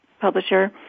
publisher